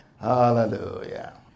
Hallelujah